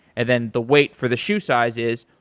then the weight for the shoe size is,